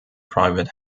private